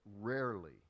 rarely